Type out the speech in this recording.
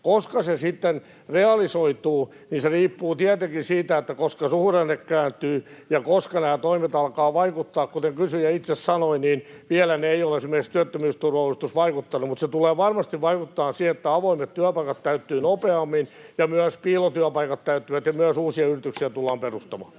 Koska se sitten realisoituu, riippuu tietenkin siitä, koska suhdanne kääntyy ja koska nämä toimet alkavat vaikuttaa. Kuten kysyjä itse sanoi, vielä ei ole esimerkiksi työttömyysturvauudistus vaikuttanut, mutta se tulee varmasti vaikuttamaan siihen, että avoimet työpaikat täyttyvät nopeammin ja myös piilotyöpaikat täyttyvät ja myös uusia yrityksiä tullaan perustamaan.